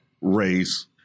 race